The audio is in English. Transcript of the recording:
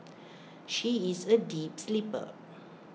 she is A deep sleeper